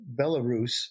Belarus